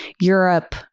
Europe